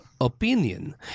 opinion